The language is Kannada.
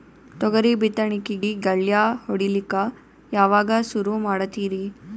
ತೊಗರಿ ಬಿತ್ತಣಿಕಿಗಿ ಗಳ್ಯಾ ಹೋಡಿಲಕ್ಕ ಯಾವಾಗ ಸುರು ಮಾಡತೀರಿ?